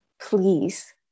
please